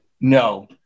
No